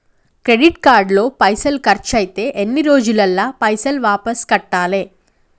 Credit card లో పైసల్ ఖర్చయితే ఎన్ని రోజులల్ల పైసల్ వాపస్ కట్టాలే?